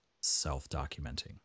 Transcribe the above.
self-documenting